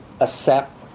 accept